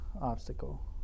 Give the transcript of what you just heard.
obstacle